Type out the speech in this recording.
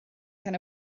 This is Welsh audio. cyn